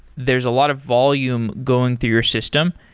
there's a lot of volume going through your system,